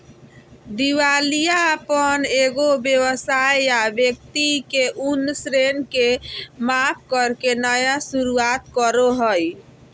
दिवालियापन एगो व्यवसाय या व्यक्ति के उन ऋण के माफ करके नया शुरुआत करो हइ